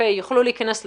אפל-פיי יוכלו להיכנס לשוק,